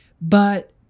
But-